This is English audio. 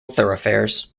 thoroughfares